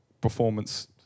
performance